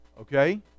okay